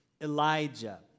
Elijah